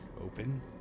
open